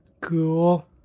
Cool